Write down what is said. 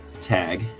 tag